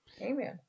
amen